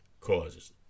causes